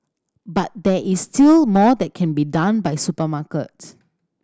but there is still more that can be done by supermarkets